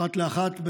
פרט לאחת,